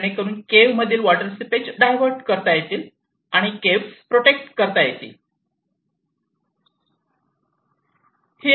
जेणेकरून केव्ह मधील water seepage divert करता येतील आणि केव्ह प्रोटेक्ट करता येते येतील